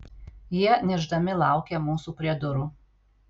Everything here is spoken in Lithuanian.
jie niršdami laukė mūsų prie durų